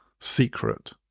secret